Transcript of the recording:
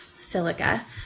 silica